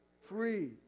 free